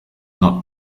not